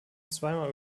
zweimal